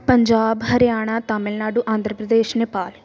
Punjab Haryana Tamil Nadu Andhra Pradesh Nepal